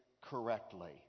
correctly